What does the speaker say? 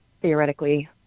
theoretically